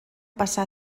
passar